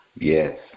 Yes